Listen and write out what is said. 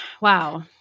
Wow